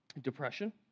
depression